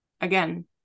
Again